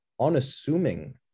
unassuming